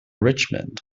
richmond